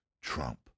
Trump